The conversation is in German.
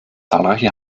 zahlreiche